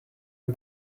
you